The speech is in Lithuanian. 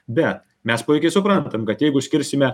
bet mes puikiai suprantam kad jeigu skirsime